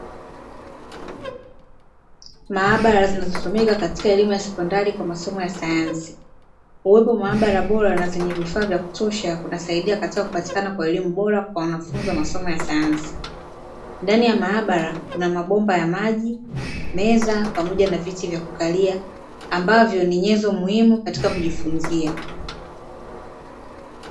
Maabara zinazotumika katika elimu ya sekondari kwa masomo ya sayansi, uwepo maabara bora na zenye vifaa vya kutosha kunasaidia katika kupatikana kwa elimu bora kwa wanafunzi wa masomo ya sayansi. Ndani ya maabara kuna mabomba ya maji, meza, pamoja na viti vya kukalia ambavyo ni nyenzo muhimu katika kujifunza.